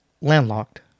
landlocked